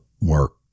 work